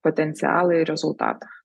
potencialą ir rezultatą